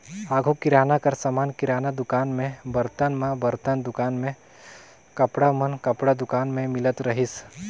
आघु किराना कर समान किराना दुकान में, बरतन मन बरतन दुकान में, कपड़ा मन कपड़ा दुकान में मिलत रहिस